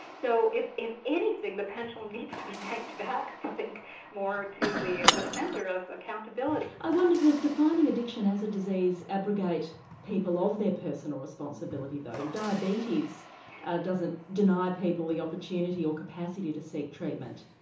so if if anything the pendulum needs to be yanked back i think more to the the centre of accountability. i wonder does defining addiction as a disease abrogate people of their personal responsibility though. diabetes doesn't deny people the opportunity or capacity to seek treatment.